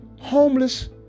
homeless